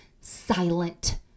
silent